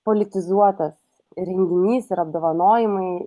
politizuotas renginys ir apdovanojimai